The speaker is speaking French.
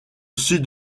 sud